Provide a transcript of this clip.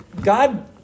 God